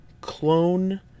clone